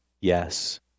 Yes